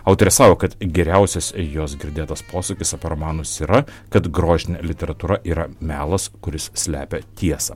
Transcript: autorė sako kad geriausias jos girdėtas posakis apie romanus yra kad grožinė literatūra yra melas kuris slepia tiesą